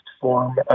form